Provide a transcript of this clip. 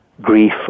grief